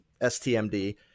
STMD